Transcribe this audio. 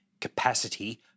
capacity